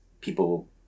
people